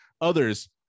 others